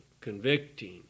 convicting